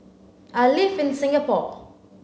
I live in Singapore